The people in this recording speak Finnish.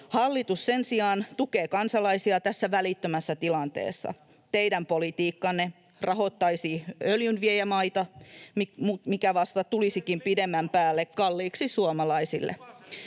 Hallitus sen sijaan tukee kansalaisia tässä välittömässä tilanteessa. Teidän politiikkanne rahoittaisi öljynviejämaita, mikä vasta tulisikin pidemmän päälle kalliiksi suomalaisille.